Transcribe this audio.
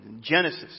Genesis